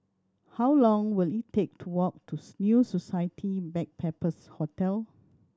how long will it take to walk to New Society Backpackers' Hotel